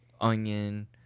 onion